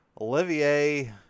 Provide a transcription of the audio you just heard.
Olivier